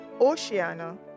Oceania